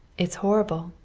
it's horrible,